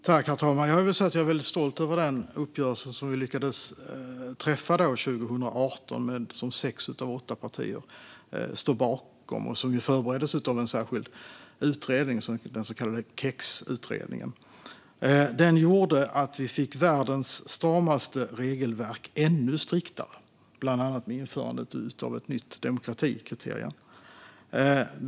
Herr talman! Jag är väldigt stolt över den uppgörelse vi lyckades träffa 2018 och som sex av åtta partier står bakom. Den förbereddes av en särskild utredning, den så kallade KEX-utredningen. Den gjorde att ett av världens stramaste regelverk blev ännu striktare, bland annat genom införandet av ett nytt demokratikriterium.